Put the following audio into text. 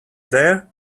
there